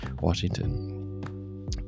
Washington